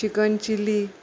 chicken chilly